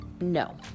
no